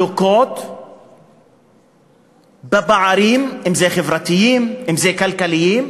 במחלוקות, בפערים, אם זה חברתיים, אם זה כלכליים,